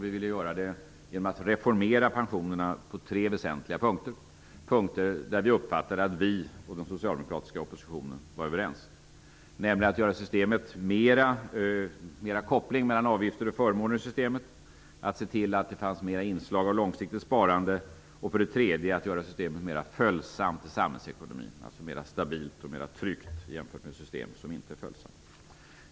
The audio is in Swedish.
Vi ville göra det genom att reformera pensionerna på tre väsentliga punkter. Det var punkter där vi uppfattade att vi och den socialdemokratiska oppositionen var överens, nämligen att få in mer av en koppling mellan avgifter och förmåner i systemet, att se till att det fanns fler inslag av långsiktigt sparande och att göra systemet mer följsamt till samhällsekonomin, alltså mer stabilt och tryggt jämfört med ett system som inte är följsamt.